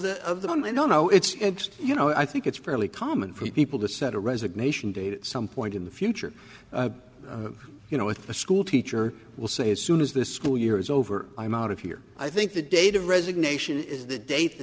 the of the un i don't know it's you know i think it's fairly common for people to set a resignation date at some point in the future you know with a schoolteacher will say as soon as the school year is over i'm out of here i think the date of resignation is the date the